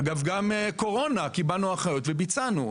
אגב, גם בקורונה קיבלנו הנחיות וביצענו.